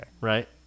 right